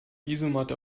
isomatte